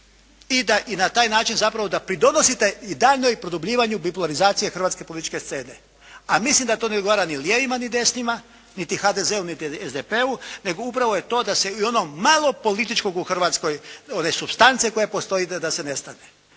i na taj način zapravo da pridonosite i daljnjem produbljivanju bipolarizacije hrvatske političke scene. A mislim da ne odgovara ni lijevima ni desnima, niti HDZ-u niti SDP-u nego upravo je to da se i ono malo političkog u Hrvatskoj, one supstance koja postoji da se nestane.